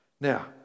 Now